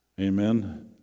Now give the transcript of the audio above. Amen